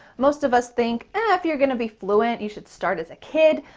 most of us think if you're going to be fluent, you should start as a kid,